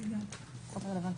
בוקר טוב לכולם.